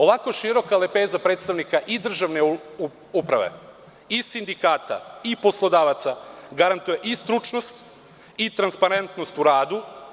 Ovako široka lepeza predstavnika i državne uprave i sindikata i poslodavaca garantuje i stručnost i transparentnost u radu.